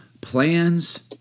plans